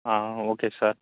okay sir